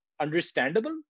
understandable